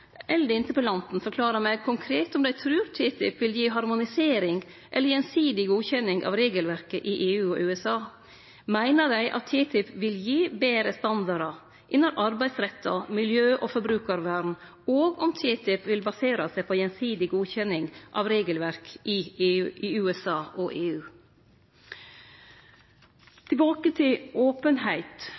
eller interpellanten forklare meg konkret om dei trur TTIP vil gi harmonisering eller gjensidig godkjenning av regelverket i EU og USA? Meiner dei at TTIP vil gi betre standardar innan arbeidsrettar, miljø og forbrukarvern òg om TTIP vil basere seg på gjensidig godkjenning av regelverk i USA og EU? Tilbake til openheit: